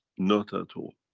not at all.